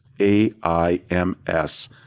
A-I-M-S